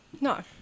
no